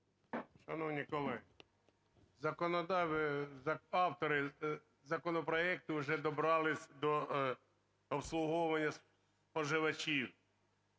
законодавець... автори законопроекту вже добралися до обслуговування споживачів.